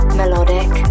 melodic